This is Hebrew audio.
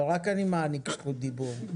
אבל רק אני מעניק רשות דיבור.